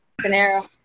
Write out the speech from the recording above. Panera